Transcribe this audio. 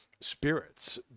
Spirits